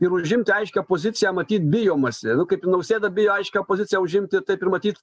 ir užimti aiškią poziciją matyt bijomasi kaip nausėda bijo aiškią poziciją užimti taip ir matyt